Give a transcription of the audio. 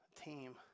team